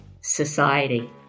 society